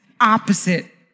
opposite